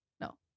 No